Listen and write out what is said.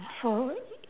so